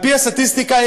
על-פי הסטטיסטיקה,